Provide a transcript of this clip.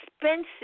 expensive